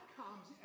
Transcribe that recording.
comes